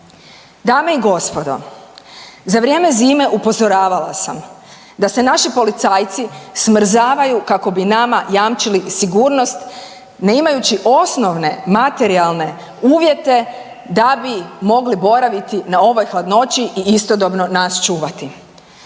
Dame i gospodo, za vrijeme zime upozoravala sam da se naši policajci smrzavaju kako bi nama jamčili sigurnost ne imajući osnovne materijalne uvjete da bi mogli boraviti na ovoj hladnoći i istodobno nas čuvati.